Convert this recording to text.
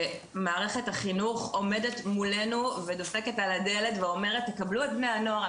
מערכת החינוך עומדת מולנו דופקת על הדלת ואומרת תקבלו את בני הנוער,